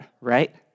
right